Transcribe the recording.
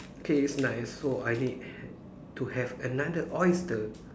okay it's nice so I need to have another oyster